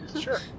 Sure